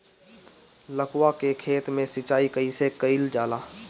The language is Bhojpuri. लउका के खेत मे सिचाई कईसे कइल जाला?